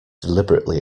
deliberately